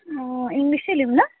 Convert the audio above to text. अँ इङ्लिस नै लिऊँ ल